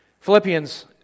Philippians